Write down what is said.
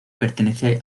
pertenece